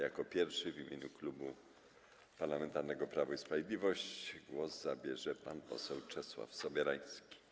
Jako pierwszy w imieniu Klubu Parlamentarnego Prawo i Sprawiedliwość głos zabierze pan poseł Czesław Sobierajski.